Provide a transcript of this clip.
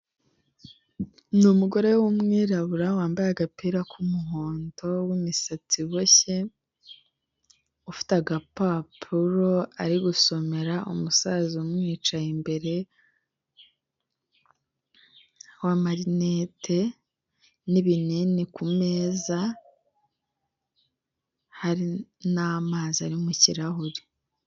N'umugore w'umwirabura wambaye agapira kumuhondo wimisatsi iboshye, ufite agapapuro ari gusomera umusaza umwicaye imbere w'amarinete n'ibinini kumeza n'amazi ari mu kirahure.